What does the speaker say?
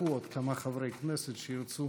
יצטרפו עוד כמה חברי כנסת שירצו